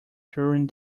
during